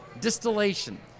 distillation